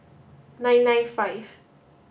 nine nine five